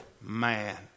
Man